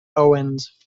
owens